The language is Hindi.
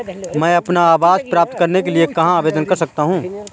मैं अपना आवास प्राप्त करने के लिए कहाँ आवेदन कर सकता हूँ?